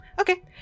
Okay